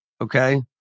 okay